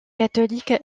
catholique